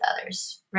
others